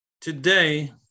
Today